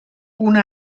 una